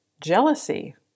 jealousy